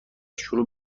شروع